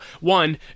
One